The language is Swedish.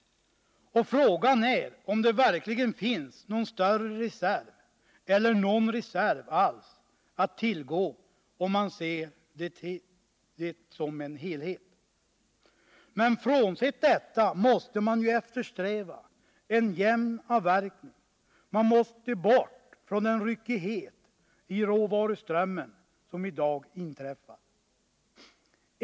Frågan är om det verkligen finns någon större reserv eller någon reserv alls att tillgå. om man ser det som en helhet. Frånsett detta måste man eftersträva en jämn avverkning; man måste bort från ryckigheten i råvaruströmmen.